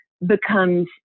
becomes